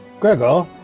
Gregor